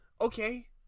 Okay